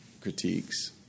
critiques